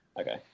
Okay